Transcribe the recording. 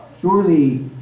Surely